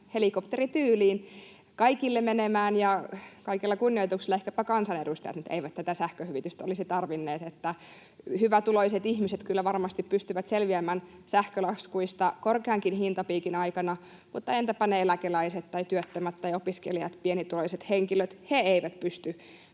helikopterityyliin kaikille menemään — ja kaikella kunnioituksella, ehkäpä kansanedustajat eivät tätä sähköhyvitystä olisi tarvinneet. Hyvätuloiset ihmiset kyllä varmasti pystyvät selviämään sähkölaskuista korkeankin hintapiikin aikana, mutta entäpä ne eläkeläiset tai työttömät tai opiskelijat, pienituloiset henkilöt? He eivät pysty